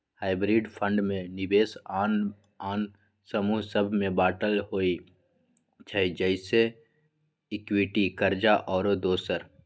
hybrid fund में निवेश आन आन समूह सभ में बाटल होइ छइ जइसे इक्विटी, कर्जा आउरो दोसर